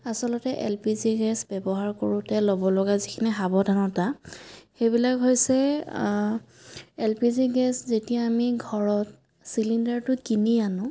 আচলতে L P G gas ব্যৱহাৰ কৰোঁতে ল'ব লগা যিখিনি সাৱধানতা সেইবিলাক হৈছে এল পি জি গেছ যেতিয়া আমি ঘৰত চিলিণ্ডাৰটো কিনি আনো